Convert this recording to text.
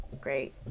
great